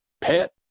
pet